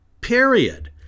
Period